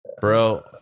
bro